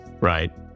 Right